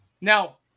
Now